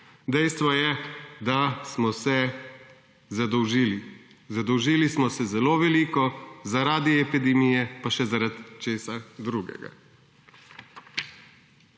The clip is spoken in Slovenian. dejstvo je, da smo se zadolžili. Zadolžili smo se zelo veliko zaradi epidemije pa še zaradi česa drugega.